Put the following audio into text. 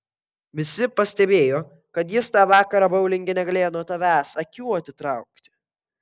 visi pastebėjo kad jis tą vakarą boulinge negalėjo nuo tavęs akių atitraukti